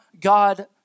God